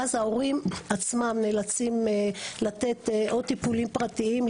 ואז ההורים עצמם נאלצים לתת או טיפולים פרטיים,